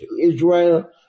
Israel